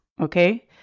okay